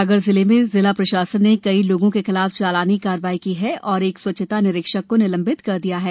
सागर जिले में जिला प्रशासन ने कई लोगों के खिलाफ चालानी कार्यवाही की है और एक स्वच्छता निरीक्षक को निलंबित कर दिया है